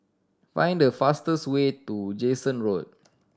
find the fastest way to Jansen Road